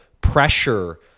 pressure